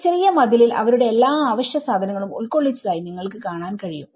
ഒരു ചെറിയ മതിലിൽ അവരുടെ എല്ലാ അവശ്യസാധങ്ങളും ഉൾക്കൊള്ളിച്ചതായി നിങ്ങൾക്ക് കാണാൻ കഴിയും